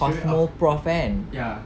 Cosmoprof kan